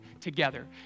together